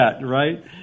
right